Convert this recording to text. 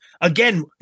Again